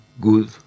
good